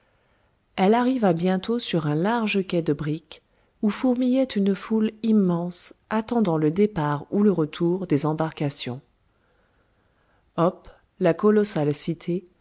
elle arriva bientôt sur un large quai de briques où fourmillait une foule immense attendant le départ ou le retour des embarcations oph la colossale cité